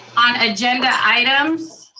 on agenda items.